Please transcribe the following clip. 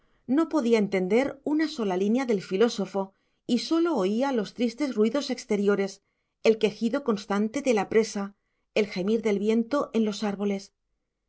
no podía entender una sola línea del filósofo y sólo oía los tristes ruidos exteriores el quejido constante de la presa el gemir del viento en los árboles